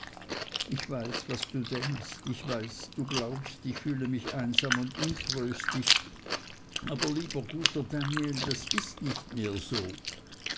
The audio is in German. ich weiß was du denkst ich weiß du glaubst ich fühle mich einsam und untröstlich aber lieber guter daniel das ist nicht mehr so